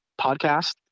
podcast